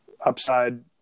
upside